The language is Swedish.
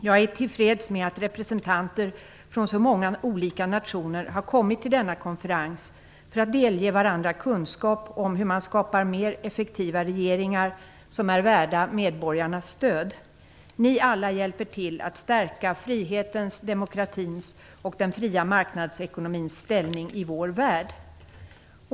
Jag är till freds med att representanter från så många olika nationer har kommit till denna konferens för att delge varandra kunskap om hur man skapar mer effektiva regeringar som är värda medborgarnas stöd. Ni alla hjälper till att stärka frihetens, demokratins och den fria marknadsekonomins ställning i vår värld."